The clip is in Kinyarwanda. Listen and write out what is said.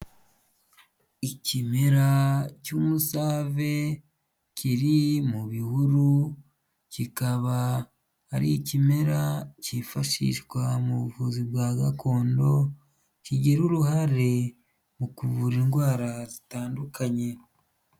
Ikimera cy'umusave kiri mu bihuru kikaba ari ikimera cyifashishwa mu buvuzi bwa gakondo kigira uruhare mu kuvura indwara zitandukanye.